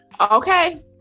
Okay